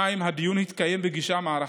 הדיון התקיים בגישה מערכתית,